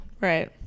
Right